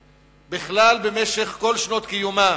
בכלל, במשך כל שנות קיומה,